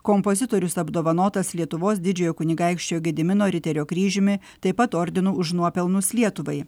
kompozitorius apdovanotas lietuvos didžiojo kunigaikščio gedimino riterio kryžiumi taip pat ordinu už nuopelnus lietuvai